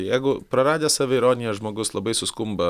jeigu praradęs saviironiją žmogus labai suskumba